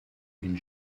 une